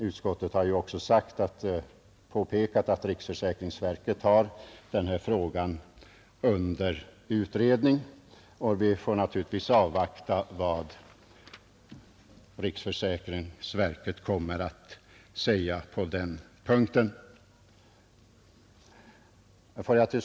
Utskottet har emellertid också påpekat att riksförsäkringsverket har den frågan under utredning, och vi får avvakta vad riksförsäkringsverket kommer att säga på den punkten.